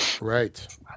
Right